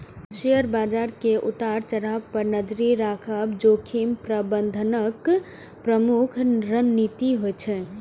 share बाजार के उतार चढ़ाव पर नजरि राखब जोखिम प्रबंधनक प्रमुख रणनीति होइ छै